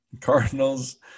Cardinals